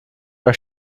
war